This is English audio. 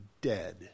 dead